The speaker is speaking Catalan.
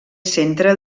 centre